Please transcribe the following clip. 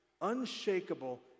unshakable